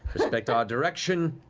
respect our direction,